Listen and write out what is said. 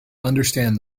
understand